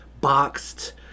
boxed